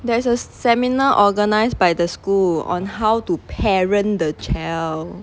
there is a seminar organized by the school on how to parent the child